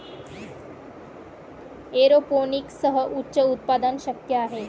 एरोपोनिक्ससह उच्च उत्पादन शक्य आहे